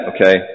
okay